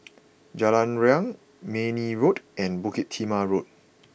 Jalan Riang Mayne Road and Bukit Timah Road